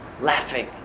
laughing